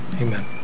Amen